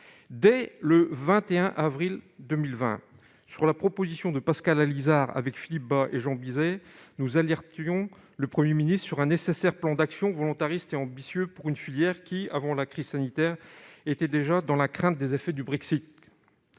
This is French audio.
Dès le 21 avril 2020, sur la proposition de Pascal Allizard, Philippe Bas et Jean Bizet, nous alertions le Premier ministre sur la nécessité de mettre en place un plan d'action volontariste et ambitieux pour une filière qui, avant la crise sanitaire, était déjà dans la crainte des effets du Brexit.